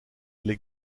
les